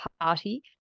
Party